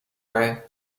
mij